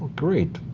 great.